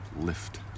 lift